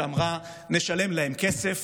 שאמרה: נשלם להם כסף,